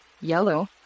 Yellow